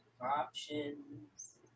options